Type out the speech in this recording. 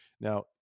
Now